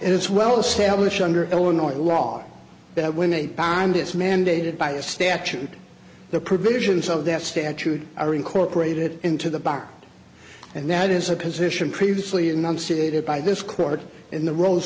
it's well established under illinois law that when a bond is mandated by the statute the provisions of that statute are incorporated into the bar and that is a position previously enunciated by this court in the r